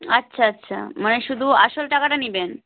আচ্ছা আচ্ছা মানে শুধু আসল টাকাটা নেবেন